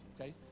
okay